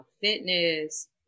fitness